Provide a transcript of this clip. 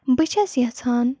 بہٕ چھَس یَژھان